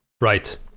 Right